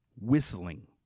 whistling